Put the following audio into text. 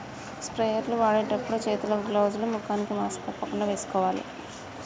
sprayer లు వాడేటప్పుడు చేతులకు గ్లౌజ్ లు, ముఖానికి మాస్క్ తప్పకుండా వేసుకోవాలి